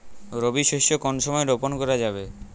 রবি শস্য কোন সময় রোপন করা যাবে?